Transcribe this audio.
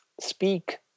speak